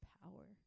power